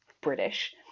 british